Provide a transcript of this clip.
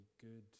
good